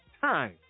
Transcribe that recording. time